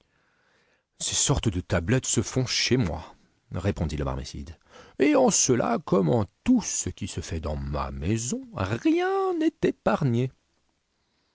ces sortes de tablettes se font chez moi répondit le barmécide et en cela comme en tout ce qui se fait dans ma maison rien n'est épargne